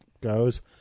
goes